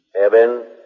Evan